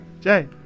Jay